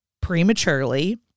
prematurely